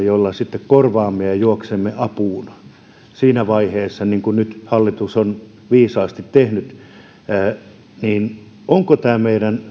jolla sitten näitä korvaamme ja juoksemme apuun siinä vaiheessa niin kuin nyt hallitus on viisaasti tehnyt niin onko tämä meidän